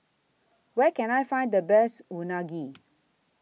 Where Can I Find The Best Unagi